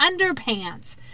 Underpants